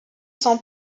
s’en